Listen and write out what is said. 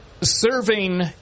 serving